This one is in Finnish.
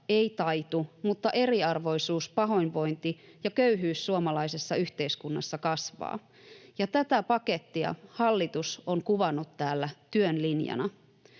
ei taitu mutta eriarvoisuus, pahoinvointi ja köyhyys suomalaisessa yhteiskunnassa kasvavat. Ja tätä pakettia hallitus on kuvannut täällä työn linjana.